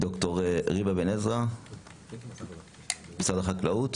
בוקר טוב, התיקון מתואם איתנו.